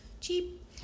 cheap